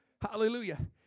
Hallelujah